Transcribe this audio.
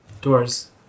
doors